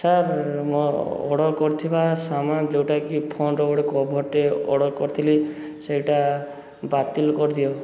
sir ମୁଁ order କରିଥିବା ସାମାନ ଯେଉଁଟାକି ଫୋନର ଗୋଟେ କଭର୍ଟେ ଅର୍ଡ଼ର୍ କରିଥିଲି ସେଇଟା ବାତିଲ କରିଦିଅ